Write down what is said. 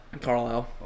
Carlisle